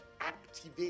activate